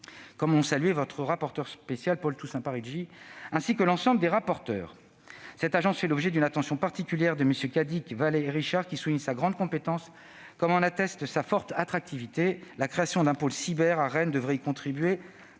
comme l'ont souligné votre rapporteur spécial Paul Toussaint Parigi ainsi que l'ensemble des rapporteurs. L'Anssi fait l'objet d'une attention particulière de MM. Cadic, Vallet et Richard qui soulignent sa grande compétence, comme en atteste sa forte attractivité. La création d'un pôle cyber à Rennes devrait y contribuer